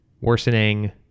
worsening